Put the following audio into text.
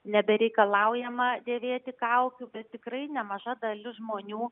nebereikalaujama dėvėti kaukių bet tikrai nemaža dalis žmonių